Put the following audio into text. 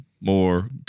more